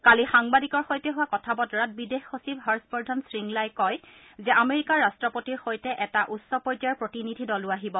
কালি সাংবাদিকৰ সৈতে হোৱা কথা বতৰাত বিদেশ সচিব হৰ্ষবৰ্ধন শৃংলাই কয় যে আমেৰিকাৰ ৰাট্টপতিৰ সৈতে এটা উচ্চ পৰ্যায়ৰ প্ৰতিনিধি দলো আহিব